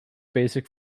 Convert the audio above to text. basic